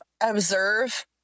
observe